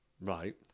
right